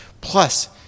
plus